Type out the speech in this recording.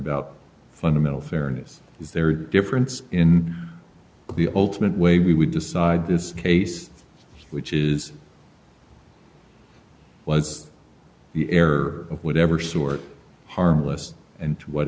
about fundamental fairness is there a difference in the ultimate way we would decide this case which is was the air would ever sort of harmless and to what